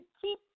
keep